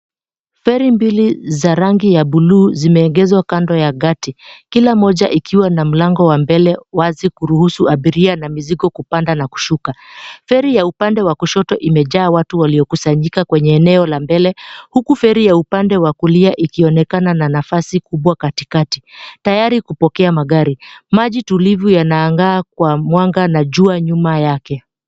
Feri mbili za rangi ya blue zimeegeshwa kando ya gati. Kila moja ikiwa na mlango wa mbele wazi kuruhusu abiria na mizigo kupanda na kushuka. Feri ya upande wa kushoto imejaa watu waliokusanyika kwenye eneo la mbele, huku feri ya upande wa kulia ikionekana na nafasi kubwa katikati, tayari kupokea magari. Maji tulivu yanaangaa kwa mwanga na jua nyuma yake.